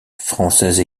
française